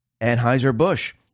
Anheuser-Busch